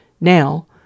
Now